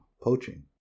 poaching